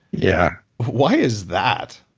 yeah why is that?